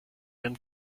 ihren